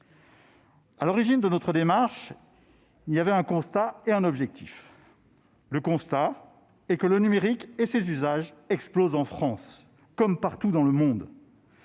À l'origine de notre démarche, il y avait un constat et un objectif. Le constat, c'est que le numérique et ses usages explosent en France comme partout dans le monde.